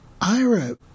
Ira